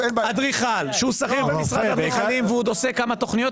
אדריכל שהוא שכיר במשרד אדריכלים והוא עושה כמה תכניות,